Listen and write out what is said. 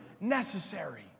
necessary